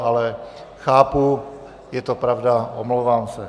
Ale chápu, je to pravda, omlouvám se.